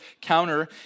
counter